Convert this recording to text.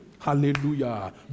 Hallelujah